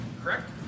correct